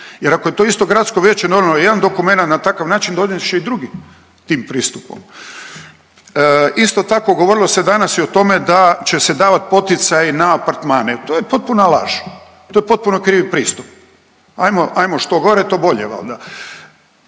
jer ako je to isto gradsko vijeće … jedan dokumenat na takav način donijet će i drugi tim pristupom. Isto tako govorilo se danas i o tome da će se davat poticaji na apartmane, to je potpuna laž, to je potpuno krivi pristup, ajmo što gore to bolje valda.